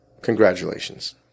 congratulations